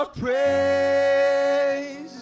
praise